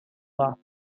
law